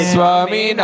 Swami